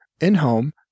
in-home